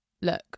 look